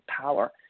power